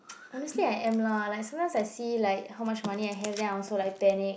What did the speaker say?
honestly I am lah like sometimes I see like how much money I have then I also like panic